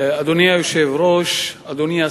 אדוני היושב-ראש,